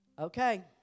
Okay